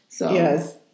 Yes